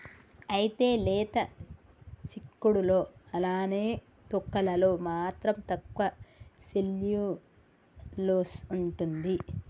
అయితే లేత సిక్కుడులో అలానే తొక్కలలో మాత్రం తక్కువ సెల్యులోస్ ఉంటుంది